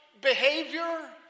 behavior